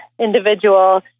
individual